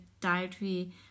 dietary